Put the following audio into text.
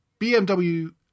BMW